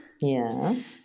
Yes